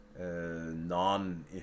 non